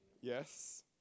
Yes